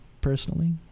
personally